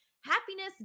happiness